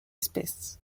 espèce